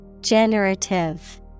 Generative